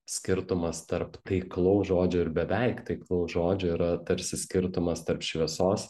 skirtumas tarp taiklaus žodžio ir beveik taiklaus žodžio yra tarsi skirtumas tarp šviesos